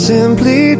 Simply